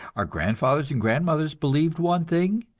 our grandfathers and grandmothers believed one thing,